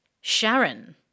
Sharon